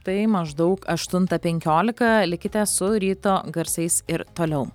tai maždaug aštuntą penkiolika likite su ryto garsais ir toliau